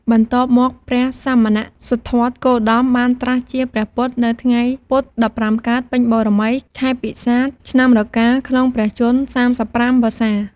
បន្ទាប់មកព្រះសមណសិទ្ធត្ថគោតម បានត្រាស់ជាព្រះពុទ្ធនៅថ្ងៃពុធ ១៥ កើតពេញបូណ៌មី ខែពិសាខ ឆ្នាំរកា ក្នុងព្រះជន្ម ៣៥ វស្សា។